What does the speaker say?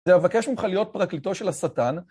זה יבקש ממך להיות פרקליטו של השטן.